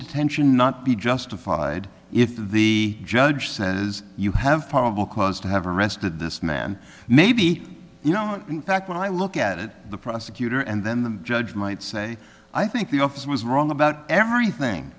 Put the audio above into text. detention not be justified if the judge says you have probable cause to have arrested this man maybe you don't in fact when i look at it the prosecutor and then the judge might say i think the officer was wrong about everything